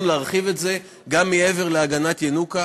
להרחיב את זה גם מעבר להגנת ינוקא.